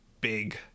big